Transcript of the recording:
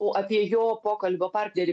o apie jo pokalbio partnerį